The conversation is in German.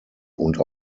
und